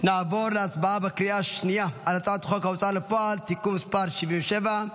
נעבור להצבעה בקריאה השנייה על הצעת חוק ההוצאה לפועל (תיקון מס' 77),